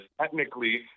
technically